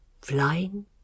flying